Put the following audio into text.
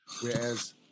whereas